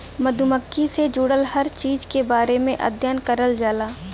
मधुमक्खी से जुड़ल हर चीज के बारे में अध्ययन करल जाला